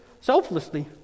selflessly